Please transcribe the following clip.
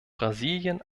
brasilien